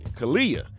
kalia